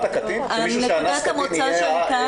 הקטין שמישהו שאנס קטין יהיה אחראי עליו?